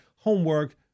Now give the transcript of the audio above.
homework